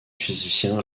physicien